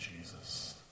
Jesus